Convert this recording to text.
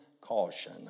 caution